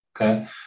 okay